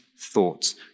thoughts